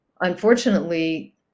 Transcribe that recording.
unfortunately